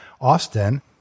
Austin